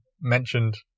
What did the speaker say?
mentioned